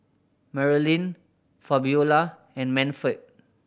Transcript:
Marylin Fabiola and Manford